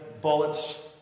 bullets